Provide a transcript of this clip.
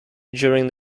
during